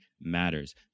matters